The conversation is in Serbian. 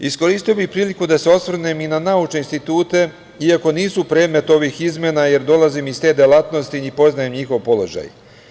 Iskoristio bih priliku da se osvrnem na naučne institute iako nisu predmet ovih izmena, jer dolazim iz te delatnosti i poznajem njihov položaj.